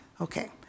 Okay